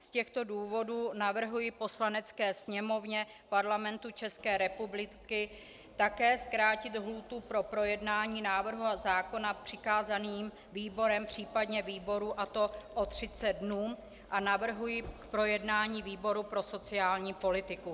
Z těchto důvodů navrhuji Poslanecké sněmovně Parlamentu České republiky také zkrátit lhůtu pro projednání návrhu zákona přikázaným výborem, případně výbory, a to o 30 dnů, a navrhuji k projednání výboru pro sociální politiku.